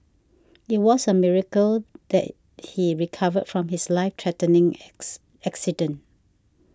it was a miracle that he recovered from his life threatening X accident